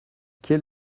quel